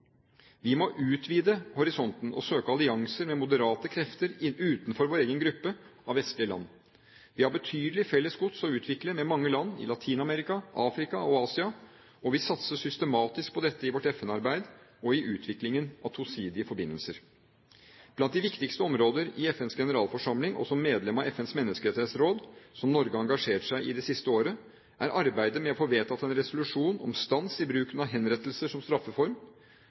Vi må utvide horisonten og søke allianser med moderate krefter utenfor vår egen gruppe av vestlige land. Vi har betydelig felles gods å utvikle med mange land i Latin-Amerika, Afrika og Asia, og vi satser systematisk på dette i vårt FN-arbeid og i utviklingen av tosidige forbindelser. Blant de viktigste områdene i FNs generalforsamling og som medlem av FNs menneskerettighetsråd, som Norge har engasjert seg i i det siste året, er arbeidet med å få vedtatt en resolusjon om stans i bruken av henrettelser som straffeform,